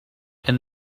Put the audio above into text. and